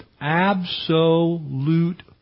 absolute